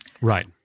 right